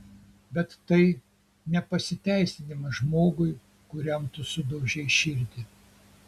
bet tai ne pasiteisinimas žmogui kuriam tu sudaužei širdį